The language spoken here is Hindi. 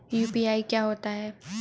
यू.पी.आई क्या होता है?